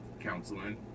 counseling